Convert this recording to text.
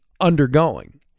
undergoing